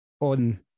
on